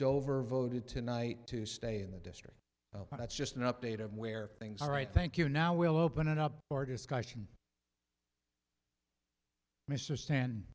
dover voted tonight to stay in the district but that's just an update of where things are right thank you now we'll open it up for discussion mr stan